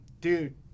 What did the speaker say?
dude